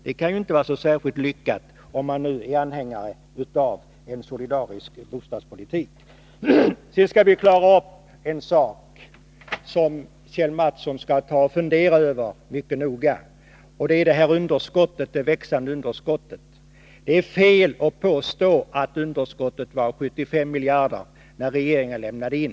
Det kan ju inte vara särskilt lyckat, om man nu är anhängare av en solidarisk bostadspolitik. Sedan skall vi klara upp en sak som Kjell Mattsson bör fundera över mycket noga, nämligen det växande budgetunderskottet. Det är fel att påstå att underskottet var 75 miljarder när den förra regeringen lämnade in.